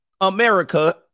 America